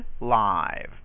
live